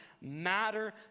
matter